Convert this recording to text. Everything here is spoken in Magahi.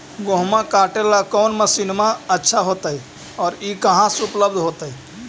गेहुआ काटेला कौन मशीनमा अच्छा होतई और ई कहा से उपल्ब्ध होतई?